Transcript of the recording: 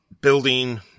building